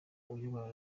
uyobora